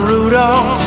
Rudolph